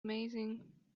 amazing